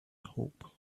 hope